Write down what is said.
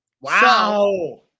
Wow